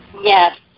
Yes